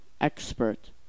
expert